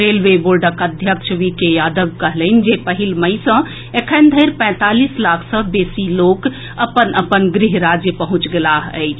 railway बोर्डक अध्यक्ष V K Yadav कहलनि जे पहिल मई सँ एखन धरि पैंतालीस लाख सँ बेसी लोक अपन अपन गृह राज्य पहुंचि गेलाह अछि